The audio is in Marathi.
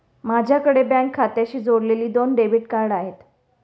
माझ्याकडे बँक खात्याशी जोडलेली दोन डेबिट कार्ड आहेत